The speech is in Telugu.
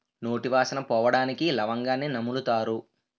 నోటి వాసన పోవడానికి లవంగాన్ని నములుతారు